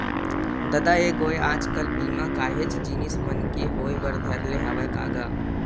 ददा ऐ गोय आज कल बीमा काहेच जिनिस मन के होय बर धर ले हवय का गा?